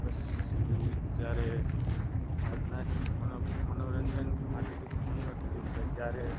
પછી જ્યારે આજના જ મનો મનોરંજન માટે જે ફોનનો જ ઉપયોગ થાય છે જ્યારે